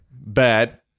bad